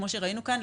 כמו שראינו כאן,